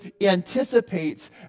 anticipates